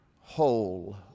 whole